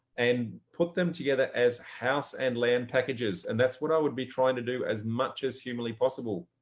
and put them together as house and land packages. and that's what i would be trying to do as much as humanly possible.